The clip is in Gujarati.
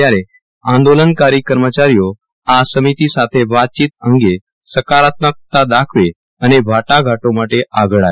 ત્યારે આદોલનકારી કર્મચારીઓ આ સમિતિ સાથે વાતચીત અગે સકારાત્મકતા દાખવે અને વાટાઘાટો માટે આગળ આવ